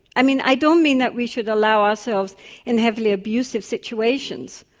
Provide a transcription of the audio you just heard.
i mean i don't mean that we should allow ourselves in heavily abusive situations,